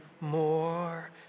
more